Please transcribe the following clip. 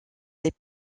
les